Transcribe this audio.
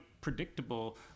predictable